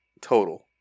Total